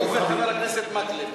הוא וחבר הכנסת מקלב,